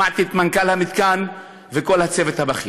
שמעתי את מנכ"ל המתקן וכל הצוות הבכיר.